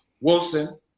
Wilson